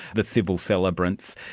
the civil celebrants.